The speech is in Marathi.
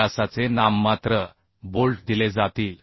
व्यासाचे नाममात्र बोल्ट दिले जातील